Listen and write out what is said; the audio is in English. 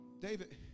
David